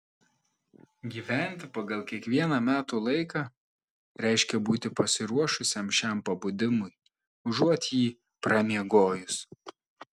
gyventi pagal kiekvieną metų laiką reiškia būti pasiruošusiam šiam pabudimui užuot jį pramiegojus